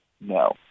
No